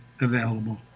available